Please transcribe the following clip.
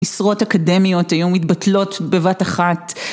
משרות אקדמיות היו מתבטלות בבת אחת